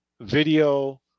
video